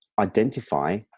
Identify